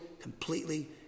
completely